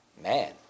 man